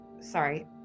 sorry